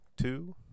two